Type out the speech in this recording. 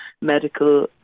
Medical